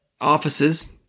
offices